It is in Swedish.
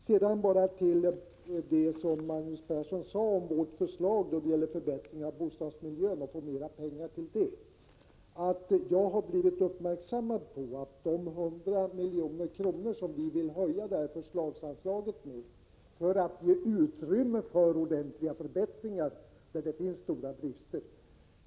Sedan bara några ord om det som Magnus Persson sade om vårt förslag då det gäller förbättringar av bostadsmiljön och mera pengar för det ändamålet. Vi vill ju höja förslagsanslaget med 100 miljoner för att ge utrymme åt ordentliga förbättringar där det finns stora brister.